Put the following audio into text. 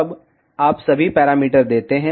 अब आप सभी पैरामीटर देते हैं